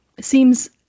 seems